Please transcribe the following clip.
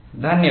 धन्यवाद